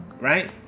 Right